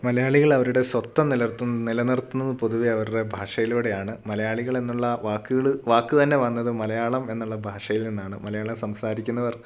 മലയാളികൾ അവരുടെ സ്വത്തം നിലനിർത്തുന്നത് പൊതുവെ അവരുടെ ഭാഷയിലൂടെ ആണ് മലയാളികൾ എന്നുള്ള വാക്കുകൾ വാക്ക് തന്നെ വന്നത് മലയാളം എന്നുള്ള ഭാഷയിൽ നിന്നാണ് മലയാളം സംസാരിക്കുന്നവർ